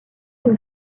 une